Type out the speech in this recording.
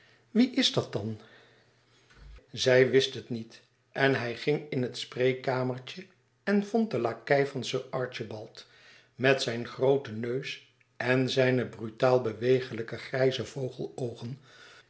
wie is dat dan zij wist het niet en hij ging in het spreekkamertje en vond den lakei van sir archibald met zijn grooten neus en zijne brutaal bewegelijke grijze vogeloogen